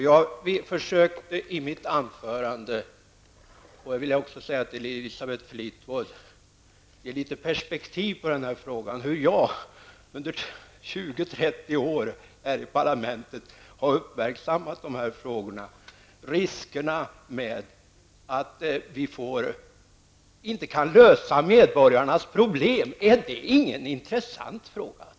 Jag försökte i mitt anförande -- det vill jag också säga till Elisabeth Fleetwood -- ge litet perspektiv, hur jag under mer än 20 år här i parlamentet har uppmärksammat dessa frågor. Riskerna med att vi inte kan lösa medborgarnas problem -- är det ingen intressant fråga?